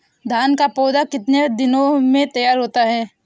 धान का पौधा कितने दिनों में तैयार होता है?